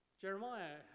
Jeremiah